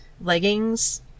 leggings